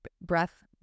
breath